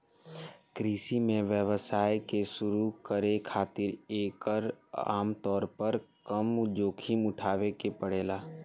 कृषि में व्यवसाय के शुरू करे खातिर एकर आमतौर पर कम जोखिम उठावे के पड़ेला